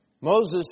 Moses